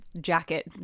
jacket